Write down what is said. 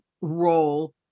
role